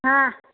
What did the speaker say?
हाँ